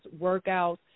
workouts